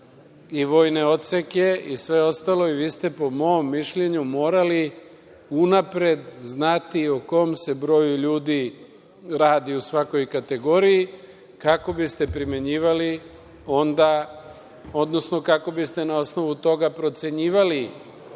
i vojne odseke i sve ostalo i vi ste, po mom mišljenju, morali unapred znati o kom se broju ljudi radi u svakoj kategoriji, kako biste primenjivali, odnosno kako biste na osnovu toga procenjivali